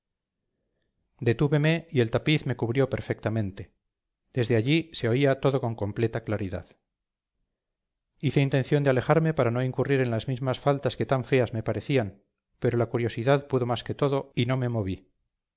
detúveme y el tapiz me cubrió perfectamente desde allí se oía todo con completa claridad hice intención de alejarme para no incurrir en las mismas faltas que tan feas me parecían pero la curiosidad pudo más que todo y no me moví